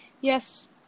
Yes